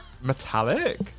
Metallic